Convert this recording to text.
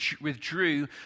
withdrew